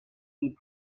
dit